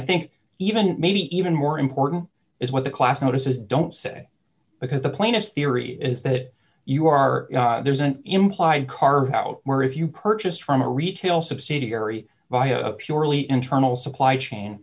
think even maybe even more important is what the class notices don't say because the plaintiff theory is that you are there's an implied carve out where if you purchased from a retail subsidiary via a purely internal supply chain